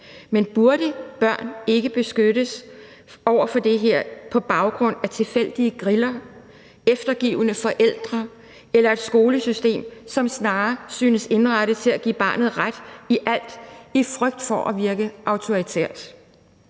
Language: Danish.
Men burde børn ikke beskyttes mod tilfældige griller, eftergivende forældre eller et skolesystem, som snarere syntes indrettet til at give barnet ret i alt af frygt for at virke autoritært?